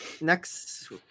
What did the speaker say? next